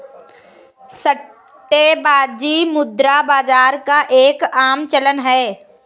सट्टेबाजी मुद्रा बाजार का एक आम चलन है